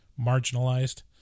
marginalized